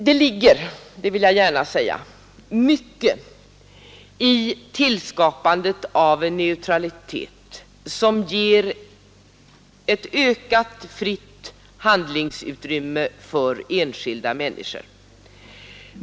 Det ligger — det vill jag gärna säga — mycket i tanken på en neutralitet som ger ett ökat fritt handlingsutrymme för enskilda människor.